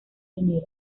dinero